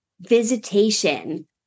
visitation